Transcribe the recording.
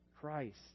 Christ